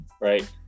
right